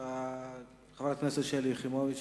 חברת הכנסת שלי יחימוביץ